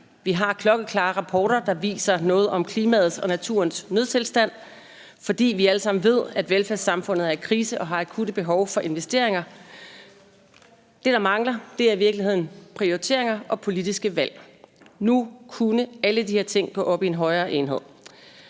vi har klokkeklare rapporter, der viser noget om klimaets og naturens nødstilstand, fordi vi alle sammen ved, at velfærdssamfundet er i krise og har akutte behov for investeringer. Det, der mangler, er i virkeligheden prioriteringer og politiske valg. Nu kunne alle de her ting gå op i en højere enhed.